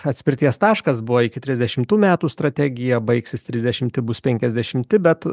atspirties taškas buvo iki trisdešimtų metų strategija baigsis trisdešimti bus penkiasdešimti bet